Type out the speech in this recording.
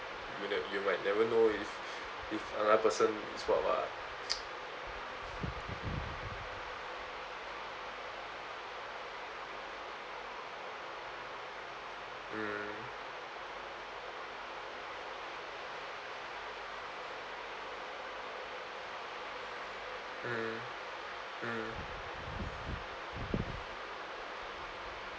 you n~ you might never know if if another person is what [what] mm mm